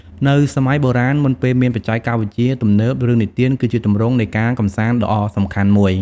នៅសម័យបុរាណ មុនពេលមានបច្ចេកវិទ្យាទំនើប រឿងនិទានគឺជាទម្រង់នៃការកម្សាន្តដ៏សំខាន់មួយ ។